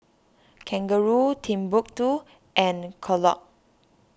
Kangaroo Timbuk two and Kellogg